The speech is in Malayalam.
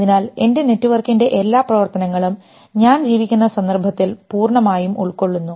അതിനാൽ എന്റെ നെറ്റ്വർക്കിൻറെ എല്ലാ പ്രവർത്തനങ്ങളും ഞാൻ ജീവിക്കുന്ന സന്ദർഭത്തിൽ പൂർണ്ണമായും ഉൾക്കൊള്ളുന്നു